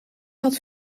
had